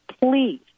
Please